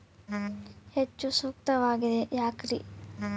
ಹೆಚ್ಚು ಸೂಕ್ತವಾಗಿದೆ ಯಾಕ್ರಿ?